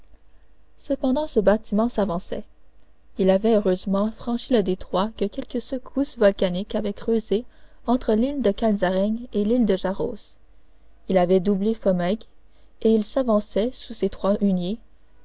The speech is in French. cependant ce bâtiment s'avançait il avait heureusement franchi le détroit que quelque secousse volcanique a creusé entre l'île de calasareigne et l'île de jaros il avait doublé pomègue et il s'avançait sous ses trois huniers